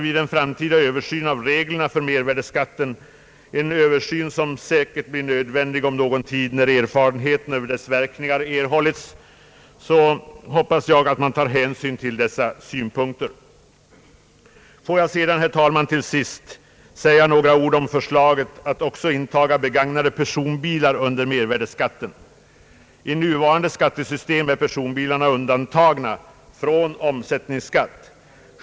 Vid en framtida översyn av reglerna för mervärdeskatten, en översyn som säkert blir nödvändig om någon tid när erfarenheterna av denna verksamhet erhållits, hoppas jag att man tar hänsyn till dessa synpunkter. Detta har också framhållits i det särskilda yttrandet. Låt mig, herr talman, till sist anföra några ord om förslaget att också intaga begagnade personbilar under mervärdeskatten. I nuvarande skattesystem är personbilarna undantagna från omsättningsskatt.